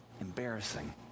embarrassing